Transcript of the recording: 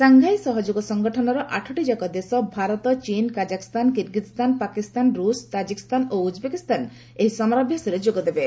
Shanghai ସହଯୋଗ ସଂଗଠନର ଆଠଟି ଯାକ ଦେଶ ଭାରତ ଚୀନ୍ କାଜାକସ୍ଥାନ କିର୍ଗିଜ୍ସ୍ଥାନ ପାକିସ୍ତାନ ରୂଷ ତାକିକ୍ସ୍ତାନ ଓ ଉଜ୍ବେକିସ୍ତାନ ଏହି ସମରାଭ୍ୟାସରେ ଯୋଗ ଦେବେ